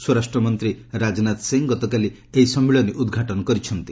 ସ୍ୱରାଷ୍ଟ୍ର ମନ୍ତ୍ରୀ ରାଜନାଥ ସିଂହ ଗତକାଲି ଏହି ସମ୍ମିଳନୀ ଉଦ୍ଘାଟନ କରିଛନ୍ତି